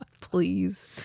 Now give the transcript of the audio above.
Please